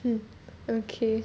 hmm okay